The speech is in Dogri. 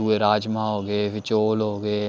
दूए राजमांह् होगे फिर चौल होगे